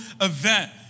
event